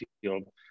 field